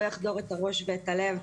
לא יחדור את הראש ואת הלב,